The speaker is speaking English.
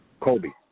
Colby